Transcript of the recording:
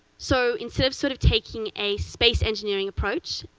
so instead of sort of taking a space engineering approach,